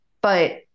but-